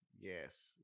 Yes